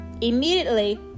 Immediately